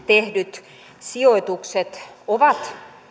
tehdyt sijoitukset ovat